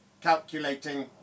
calculating